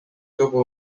tuba